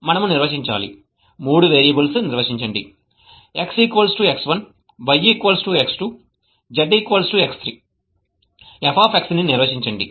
మనము నిర్వచించాలి మూడు వేరియబుల్స్ నిర్వచించండి xx1 yx2 zx3 f ను నిర్వచించండి